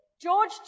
George